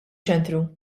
ċentru